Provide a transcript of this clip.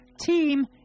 team